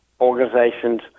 organizations